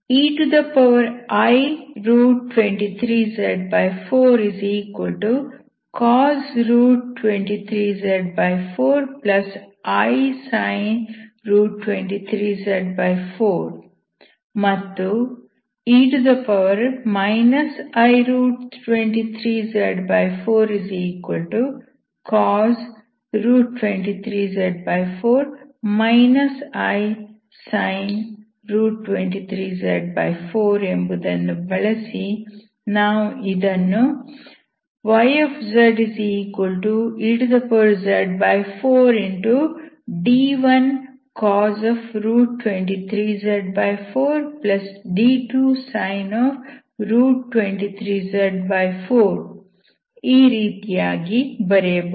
ei23z4cos 23z4 i sin 23z4 ಮತ್ತು e i23z4cos 23z4 i sin 23z4 ಎಂಬುದನ್ನು ಬಳಸಿ ನಾವು ಇದನ್ನು yzez4d1cos 23z4 d2sin 23z4 ಈ ರೀತಿಯಾಗಿ ಕೂಡ ಬರೆಯಬಹುದು